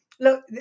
look